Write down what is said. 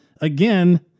again